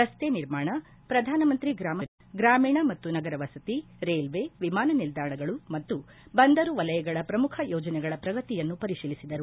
ರಸ್ತೆ ನಿರ್ಮಾಣ ಪ್ರಧಾನಮಂತ್ರಿ ಗ್ರಾಮಸದಕ್ ಯೋಜನೆ ಗ್ರಾಮೀಣ ಮತ್ತು ನಗರ ವಸತಿ ರೈಲ್ವೆ ವಿಮಾನ ನಿಲ್ದಾಣಗಳು ಮತ್ತು ಬಂದರು ವಲಯಗಳ ಪ್ರಮುಖ ಯೋಜನೆಗಳ ಪ್ರಗತಿಯನ್ನು ಪರಿಶೀಲಿಸಿದರು